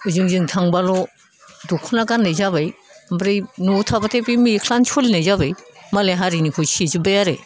ओजों ओजों थांबाल' दखना गाननाय जाबाय ओमफ्राय न'आव थाबाथाय बे मेख्लायानो सोलिनाय जाबाय मालाय हारिनिखौ सोजोबबाय आरो